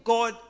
God